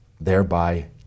thereby